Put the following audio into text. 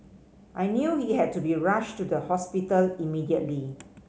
I knew he had to be rushed to the hospital immediately